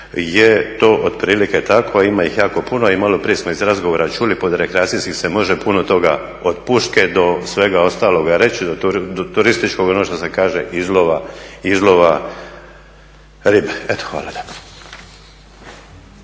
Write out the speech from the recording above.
je to otprilike tako a ima ih jako puno. I malo prije smo iz razgovora čuli pod rekreacijski se može puno toga od puške do svega ostaloga reći, do turističkoga ono što se kaže izlova ribe. Eto hvala